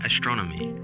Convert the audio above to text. Astronomy